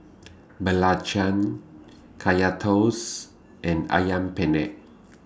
Belacan Kaya Toast and Ayam Penyet